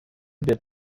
wird